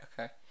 okay